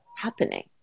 Happening